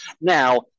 Now